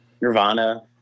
Nirvana